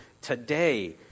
today